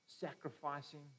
sacrificing